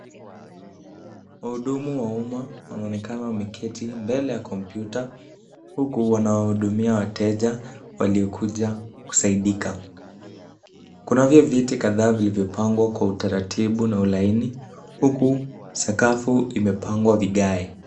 Wahudumu wa umma wanaonekana wameketi mbele ya komputa huku wanawahudumia wateja waliokuja kusaidika. Kunavyo viti kadhaa vilivyopangwa kwa utaratibu na ulaini, huku sakafu imepangwa vigae.